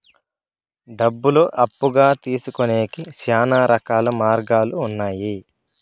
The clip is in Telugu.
డబ్బులు అప్పుగా తీసుకొనేకి శ్యానా రకాల మార్గాలు ఉన్నాయి